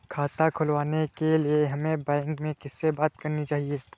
खाता खुलवाने के लिए हमें बैंक में किससे बात करनी चाहिए?